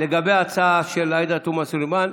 לגבי ההצעה של עאידה תומא סלימאן,